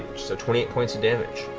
so twenty eight points of damage.